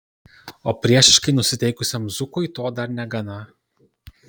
o priešiškai nusiteikusiam zukui to dar negana